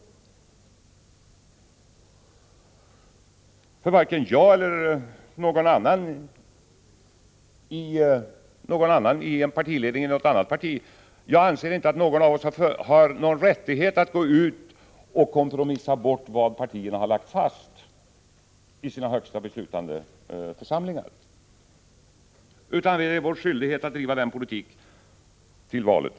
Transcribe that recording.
Varken jag eller någon annan i någon partiledning har rättighet att gå ut och kompromissa bort vad partierna lagt fast i sina högsta beslutande församlingar. Vi är skyldiga att driva vår politik fram till valet.